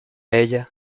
ella